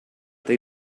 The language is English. they